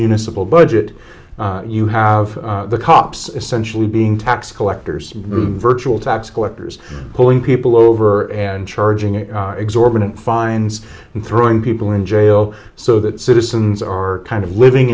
municipal budget you have the cops essentially being tax collectors virtual tax collectors pulling people over and charging exorbitant fines and throwing people in jail so that citizens are kind of living